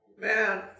Man